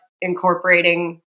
incorporating